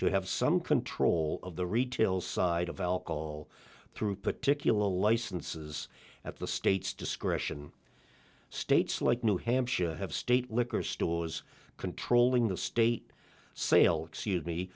to have some control of the retail side of alcohol through particular licenses at the state's discretion states like new hampshire have state liquor stores controlling the state sale